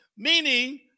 Meaning